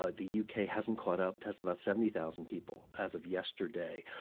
ah the u k. hasn't caught up tested about seventy thousand people as of yesterday.